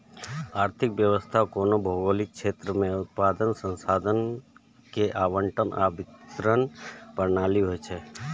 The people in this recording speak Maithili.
आर्थिक व्यवस्था कोनो भौगोलिक क्षेत्र मे उत्पादन, संसाधन के आवंटन आ वितरण प्रणाली होइ छै